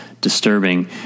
disturbing